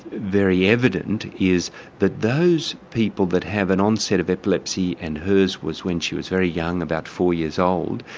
very evident is that those people that have an onset of epilepsy and hers was when she was very young, about four years old,